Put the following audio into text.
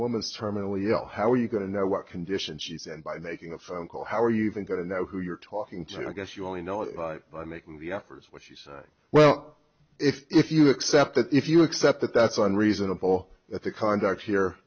woman is terminally ill how are you going to know what condition she's and by making a phone call how are you even going to know who you're talking to i guess you only know it by making the offers what she said well if you accept that if you accept that that's an reasonable that the conduct here